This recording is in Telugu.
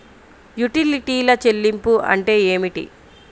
యుటిలిటీల చెల్లింపు అంటే ఏమిటి?